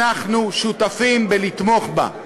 אנחנו שותפים בתמיכה בה,